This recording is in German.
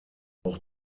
auch